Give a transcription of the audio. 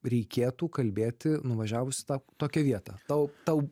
reikėtų kalbėti nuvažiavus į tą tokią vietą tau tau